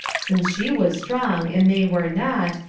since she was strong and they were not,